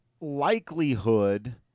likelihood